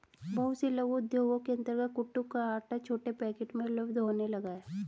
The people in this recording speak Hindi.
बहुत से लघु उद्योगों के अंतर्गत कूटू का आटा छोटे पैकेट में उपलब्ध होने लगा है